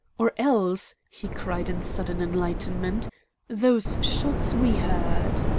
or else he cried in sudden enlightenment those shots we heard.